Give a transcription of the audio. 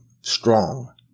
strong